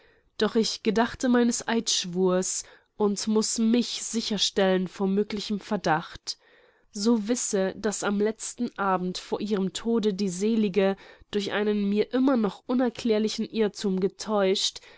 doch ich gedachte meines eidschwurs und muß mich sicherstellen vor möglichem verdacht so wisse daß am letzten abend vor ihrem tode die selige durch einen mir immer noch unerklärlichen irrthum getäuscht